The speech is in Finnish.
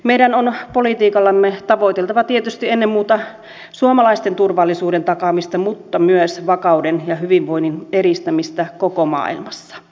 meidän on politiikallamme tavoiteltava tietysti ennen muuta suomalaisten turvallisuuden takaamista mutta myös vakauden ja hyvinvoinnin edistämistä koko maailmassa